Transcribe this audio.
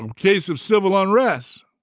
um case of civil unrest.